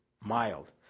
mild